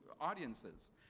audiences